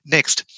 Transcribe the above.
Next